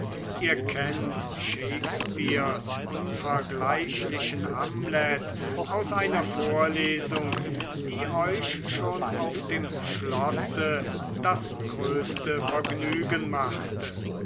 ihr kennt shakespeares unvergleichlichen hamlet aus einer vorlesung die euch schon auf dem schlosse das größte vergnügen machte